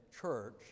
church